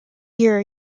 year